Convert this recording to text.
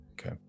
Okay